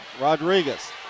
Rodriguez